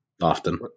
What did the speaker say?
often